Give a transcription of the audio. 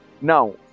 Now